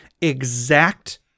exact